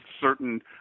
certain